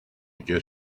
get